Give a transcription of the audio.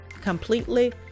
completely